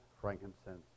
frankincense